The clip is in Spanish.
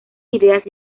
ideas